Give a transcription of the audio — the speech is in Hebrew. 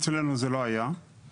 אצלנו זה לא היה.